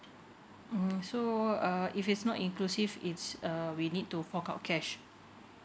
mm so uh if it's not inclusive it's um we need to fork out cash